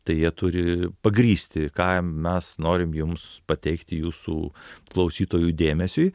tai jie turi pagrįsti ką mes norim jums pateikti jūsų klausytojų dėmesiui